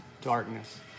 darkness